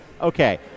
Okay